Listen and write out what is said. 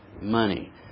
Money